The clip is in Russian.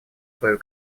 свою